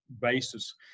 basis